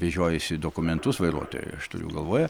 vežiojasi dokumentus vairuotojo aš turiu galvoje